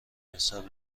مثال